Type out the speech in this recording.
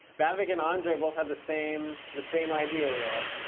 bhavik and andrej both have the same the same idea there.